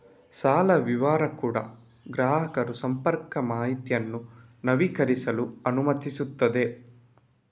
ಸಾಲ ವಿವರ ಕೂಡಾ ಗ್ರಾಹಕರು ಸಂಪರ್ಕ ಮಾಹಿತಿಯನ್ನು ನವೀಕರಿಸಲು ಅನುಮತಿಸುತ್ತದೆ